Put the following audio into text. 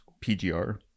pgr